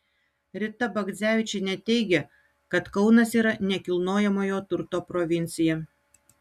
rita bagdzevičienė teigia kad kaunas yra nekilnojamojo turto provincija